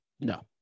no